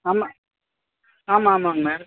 ஆமாம் ஆமாம் ஆமாம்ங்க மேம்